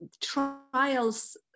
trials